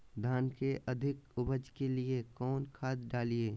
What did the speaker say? धान के अधिक उपज के लिए कौन खाद डालिय?